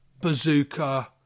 Bazooka